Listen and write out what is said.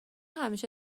همیشه